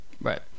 Right